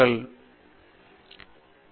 எனவே நீங்கள் சுய ஊக்கத்தை பெற வேண்டும்